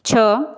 ଛଅ